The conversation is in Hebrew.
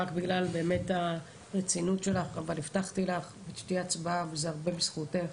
רק בגלל הרצינות שלך אבל הבטחתי לך שתהיה הצבעה וזה הרבה בזכותך.